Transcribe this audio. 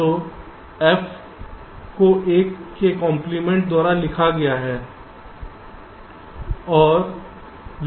तो F को A के कंप्लीमेंट द्वारा दिया गया है और यह VDD है